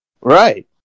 Right